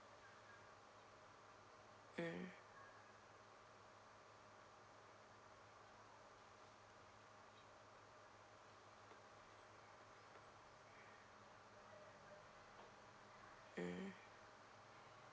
mm